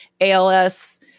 ALS